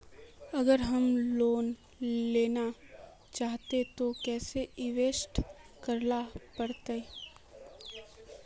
अगर हम लोन लेना चाहते तो केते इंवेस्ट करेला पड़ते?